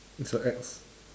it's your ex